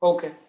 Okay